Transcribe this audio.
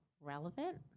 relevant